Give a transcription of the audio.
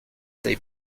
dei